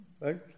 right